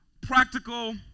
practical